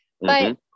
But-